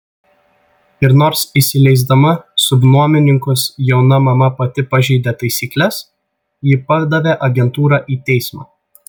ir nors įsileisdama subnuomininkus jauna mama pati pažeidė taisykles ji padavė agentūrą į teismą